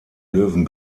löwen